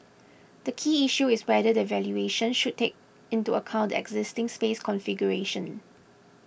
the key issue is whether the valuation should take into account the existing space configuration